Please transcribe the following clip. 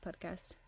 podcast